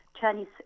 Chinese